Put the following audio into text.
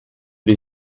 den